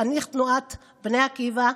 חניך תנועת בני עקיבא,